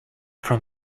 from